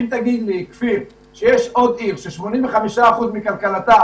כל הדברים הללו עומד לפתחה של העירייה שתצטרך